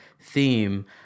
theme